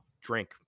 drink